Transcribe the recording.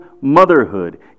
motherhood